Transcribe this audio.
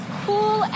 cool